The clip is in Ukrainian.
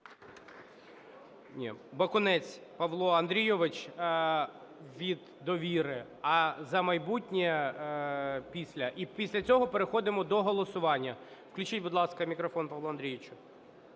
Бакунець Павло Андрійович від "Довіри". А "За майбутнє" - після. І після цього переходимо до голосування. Включіть, будь ласка, мікрофон Павлу Андрійовичу.